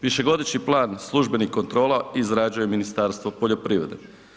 Višegodišnji plan službenih kontrola izrađuje Ministarstvo poljoprivrede.